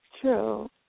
True